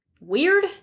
weird